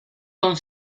son